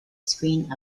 screen